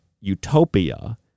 utopia